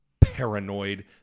paranoid